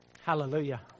Hallelujah